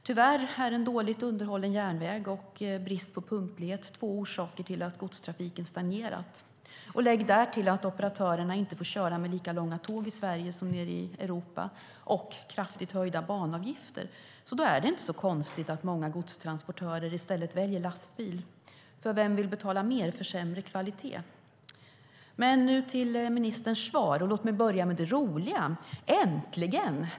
Tyvärr är en dåligt underhållen järnväg och brist på punktlighet två orsaker till att godstrafiken stagnerat. Lägg därtill att operatörerna inte får köra med lika långa tåg i Sverige som nere i Europa och kraftigt höjda banavgifter. Det är inte konstigt att många godstransportörer i stället väljer lastbil. Vem vill betala mer för sämre kvalitet? Nu till ministerns svar. Låt mig börja med det roliga: Äntligen!